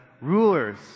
rulers